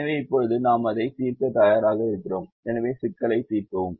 எனவே இப்போது நாம் அதை தீர்க்க தயாராக இருக்கிறோம் எனவே சிக்கலை தீர்க்கவும்